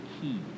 key